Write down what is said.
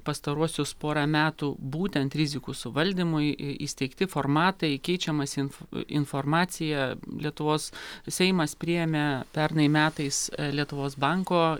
pastaruosius porą metų būtent rizikų suvaldymui į įsteigti formatai keičiamasi info informacija lietuvos seimas priėmė pernai metais lietuvos banko